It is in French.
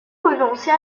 renoncer